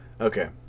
Okay